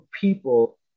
people